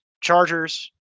Chargers